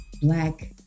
Black